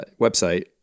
website